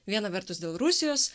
viena vertus dėl rusijos